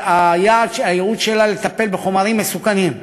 והייעוד שלה הוא לטפל בחומרים מסוכנים.